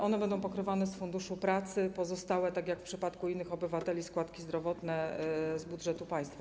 One będą pokrywane z Funduszu Pracy, a pozostałe, tak jak w przypadku innych obywateli, składki zdrowotne - z budżetu państwa.